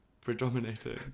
predominating